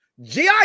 GI